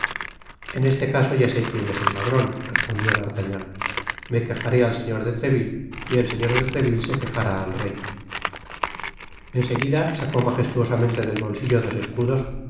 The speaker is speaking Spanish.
en este caso ya sé quien es el ladron respondió d'artagnan me quejaré al señor de treville y el señor de treville se quejará al rey en seguida sacó majestuosamente del bolsillo dos escudos